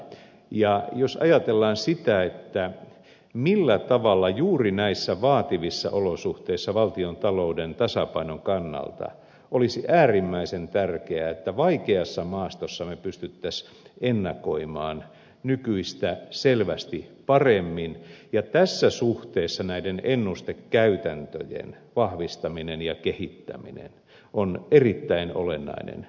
ja jos ajatellaan sitä millä tavalla juuri näissä vaativissa olosuhteissa valtiontalouden tasapainon kannalta olisi äärimmäisen tärkeää että vaikeassa maastossa me pystyisimme ennakoimaan nykyistä selvästi paremmin niin tässä suhteessa näiden ennustekäytäntöjen vahvistaminen ja kehittäminen on erittäin olennainen kysymys